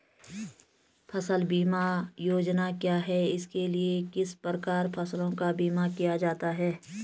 फ़सल बीमा योजना क्या है इसके लिए किस प्रकार फसलों का बीमा किया जाता है?